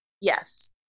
yes